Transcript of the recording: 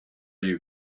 you